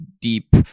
deep